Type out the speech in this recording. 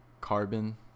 Carbon